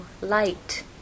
light